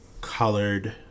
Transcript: colored